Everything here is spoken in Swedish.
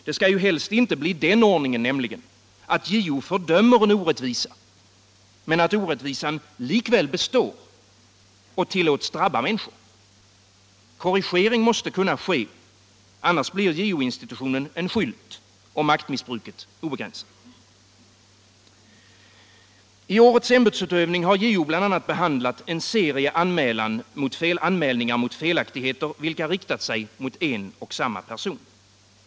Det skall ju helst inte bli den ordningen, att JO fördömer en orättvisa men att orättvisan likväl består och tillåts drabba människor. Korrigering måste kunna ske, annars blir JO-institutionen en skylt och maktmissbruket obegränsat. I årets ämbetsutövning har JO bl.a. behandlat en serie anmälningar mot felaktigheter vilka riktat sig mot en och samma person.